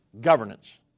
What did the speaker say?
Governance